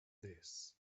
this